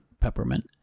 Peppermint